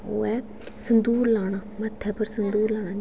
ओह् ऐ संदूर लाना मत्थै मत्थै उप्पर संदूर लाना